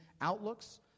outlooks